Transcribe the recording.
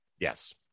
Yes